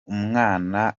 umwana